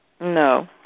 No